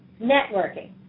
networking